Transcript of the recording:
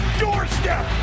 doorstep